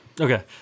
Okay